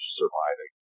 surviving